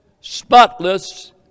spotless